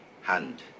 Hand